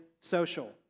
social